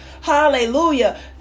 hallelujah